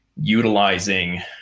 utilizing